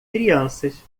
crianças